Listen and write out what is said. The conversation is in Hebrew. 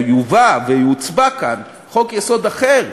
או יובא ויוצבע כאן חוק-יסוד אחר,